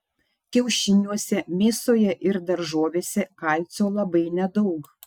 kiaušiniuose mėsoje ir daržovėse kalcio labai nedaug